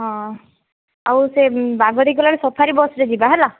ହଁ ଆଉ ସେ ବାଘ ଦେଖି ଗଲାବେଳେ ସଫାରି ବସ୍ରେ ଯିବା ହେଲା